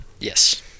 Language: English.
Yes